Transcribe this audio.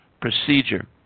procedure